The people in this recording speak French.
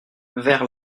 vers